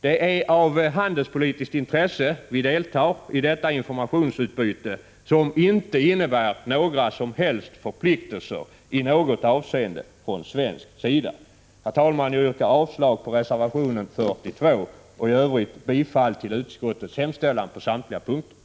Det är av handelspolitiskt intresse som vi deltar i detta informationsutbyte, som inte innebär några som helst förpliktelser i något avseende från svensk sida. Herr talman! Jag yrkar avslag på reservation 42 och i övrigt bifall till utskottets hemställan på samtliga punkter.